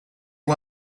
you